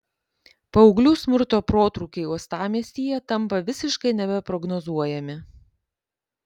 paauglių smurto protrūkiai uostamiestyje tampa visiškai nebeprognozuojami